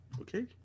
Okay